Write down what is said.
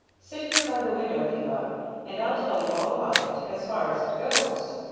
sit here by the window, viva and i'll tell you all about it as far as it goes.